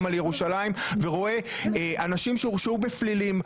על ירושלים ורואה אנשים שהורשעו בפלילים,